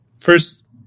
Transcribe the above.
first